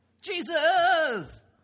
Jesus